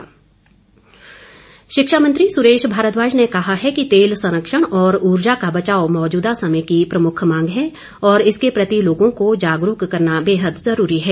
सुरेश भारद्वाज शिक्षा मंत्री सुरेश भारद्वाज ने कहा है कि तेल संरक्षण और उर्जा का बचाव मौजूदा समय की प्रमुख मांग है और इसके प्रति लोगों को जागरूक करना बेहद जरूरी है